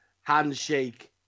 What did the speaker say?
handshake